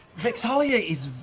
vex'ahlia is